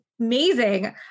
amazing